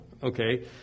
Okay